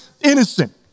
innocent